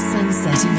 Sunset